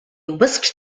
whisked